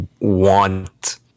want